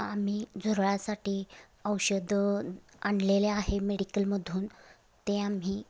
आम्ही झुरळासाठी औषधं आणलेले आहे मेडिकलमधून ते आम्ही